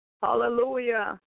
Hallelujah